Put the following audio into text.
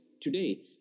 today